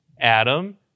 Adam